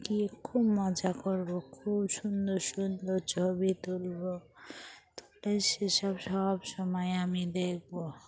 গিয়ে খুব মজা করবো খুব সুন্দর সুন্দর ছবি তুলবো তুলে সেসব সব সময় আমি দেখবো